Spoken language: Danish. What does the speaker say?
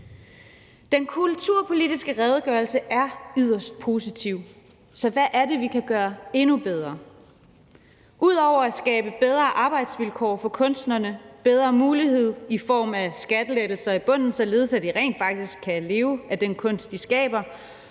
Den kulturpolitiske redegørelse er yderst positiv. Så hvad er det, vi kan gøre endnu bedre? Ud over at skabe bedre arbejdsvilkår for kunstnerne, bedre muligheder i form af skattelettelser i bunden, således at de rent faktisk kan leve af den kunst, de skaber,